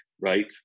right